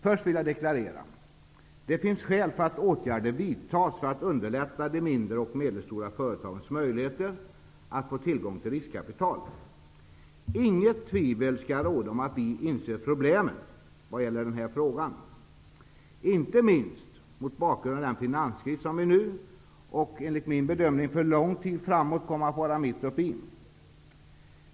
Först vill jag deklarera att det finns skäl för att åtgärder vidtas för att underlätta de mindre och medelstora företagens möjligheter att få tillgång till riskkapital. Inget tvivel skall råda om att vi inser problemen vad gäller denna fråga, inte minst mot bakgrund av den finanskris som vi nu, och enligt min bedömning för en lång tid framåt, kommer att vara mitt uppe i.